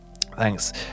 Thanks